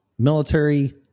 military